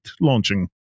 launching